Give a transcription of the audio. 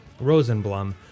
Rosenblum